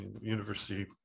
University